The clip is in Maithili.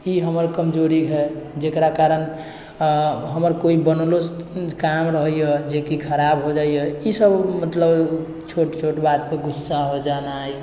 ई हमर कमजोरी हइ जकरा कारण हमर कोइ बनलो काम रहैए जेकि खराब हो जाइए ईसब मतलब छोट छोट बातपर गुस्सा हो जाना